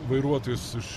vairuotojus iš